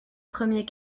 premier